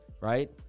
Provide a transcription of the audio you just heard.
Right